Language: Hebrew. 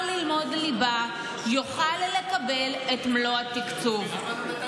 ללמוד ליבה יוכל לקבל את מלוא התקציב.